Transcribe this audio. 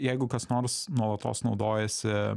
jeigu kas nors nuolatos naudojasi